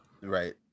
Right